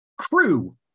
crew